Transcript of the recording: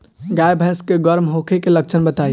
गाय भैंस के गर्म होखे के लक्षण बताई?